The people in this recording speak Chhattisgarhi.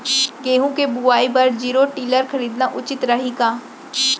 गेहूँ के बुवाई बर जीरो टिलर खरीदना उचित रही का?